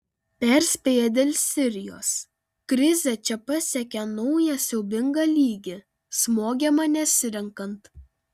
perspėja dėl sirijos krizė čia pasiekė naują siaubingą lygį smogiama nesirenkant